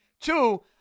Two